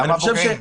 למה פוגעים?